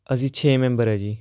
ਅਸੀਂ ਛੇ ਮੈਂਬਰ ਹੈ ਜੀ